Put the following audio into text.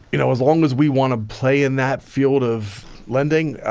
you know, as long as we want to play in that field of lending,